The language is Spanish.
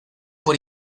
por